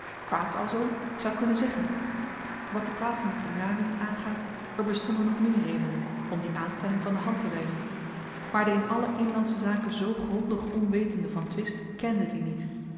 zooveel kwaads alzoo zou kunnen zeggen wat de plaatsing te ngawi aangaat er bestonden nog meer redenen om die aanstelling van de hand te wyzen maar de in alle inlandsche zaken zoo grondig onwetende van twist kende die niet